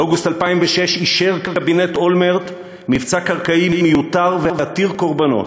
באוגוסט 2006 אישר קבינט אולמרט מבצע קרקעי מיותר ועתיר קורבנות,